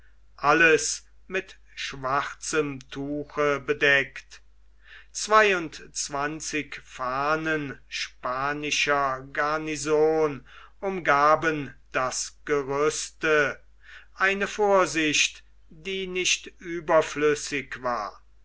alles mit schwarzem tuche bedeckt zweiundzwanzig fahnen spanischer garnison umgaben das gerüste eine vorsicht die nicht überflüssig war